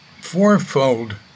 fourfold